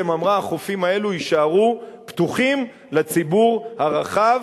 אמרה: החופים האלה יישארו פתוחים לציבור הרחב,